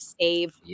save